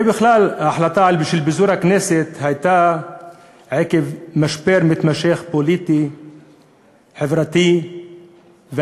ההחלטה על פיזור הכנסת הייתה עקב משבר פוליטי-חברתי מתמשך,